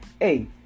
hey